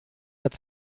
hat